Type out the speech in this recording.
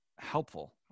helpful